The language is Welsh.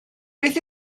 beth